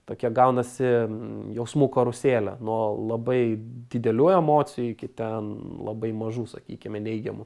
tokia gaunasi jausmų karuselė nuo labai didelių emocijų iki ten labai mažų sakykime neigiamų